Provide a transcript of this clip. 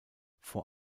vor